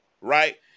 Right